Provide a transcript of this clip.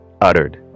uttered